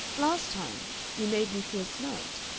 last time you made me feel snubbed.